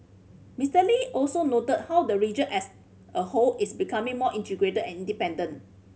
Mister Lee also noted how the region as a whole is becoming more integrated and interdependent